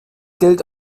gilt